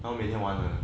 他们每天玩的